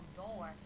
door